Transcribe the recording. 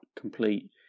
complete